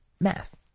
math